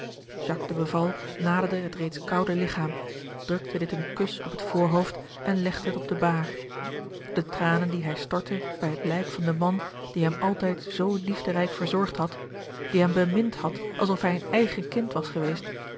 naderde het reeds koude ligchaam drukte dit een kus op het voorhoofd en legde het op de baar de tranen die hij stortte bij het lijk van den man die hem altijd zoo liefderijk verzorgd had die hem bemind had alsof hij een eigen kind was geweest